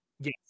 Yes